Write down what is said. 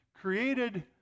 created